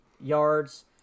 yards